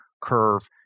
curve